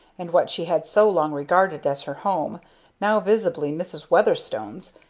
and what she had so long regarded as her home now visibly mrs. weatherstone's,